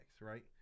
right